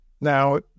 Now